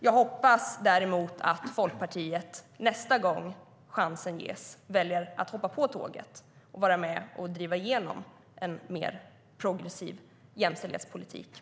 Jag hoppas att Folkpartiet nästa gång chansen ges väljer att hoppa på tåget för att vara med och driva igenom en mer progressiv jämställdhetspolitik.